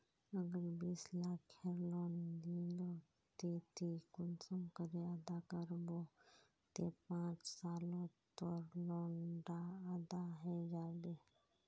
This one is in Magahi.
अगर बीस लाखेर लोन लिलो ते ती कुंसम करे अदा करबो ते पाँच सालोत तोर लोन डा अदा है जाबे?